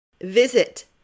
Visit